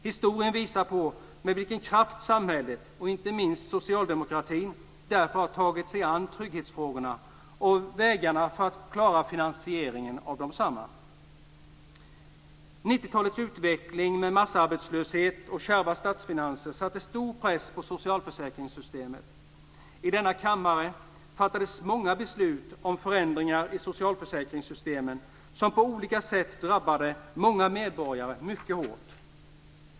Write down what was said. Historien visar på med vilken kraft samhället, inte minst socialdemokratin, därför har tagit sig an trygghetsfrågorna och vägarna för att klara finansieringen av desamma. 90-talets utveckling med massarbetslöshet och kärva statsfinanser satte stor press på socialförsäkringssystemet. I denna kammare fattades många beslut om förändringar i socialförsäkringssystemet som på olika sätt drabbade många medborgare mycket hårt.